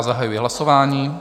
Zahajuji hlasování.